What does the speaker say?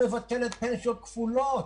שמבטלת פנסיות כפולות,